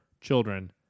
children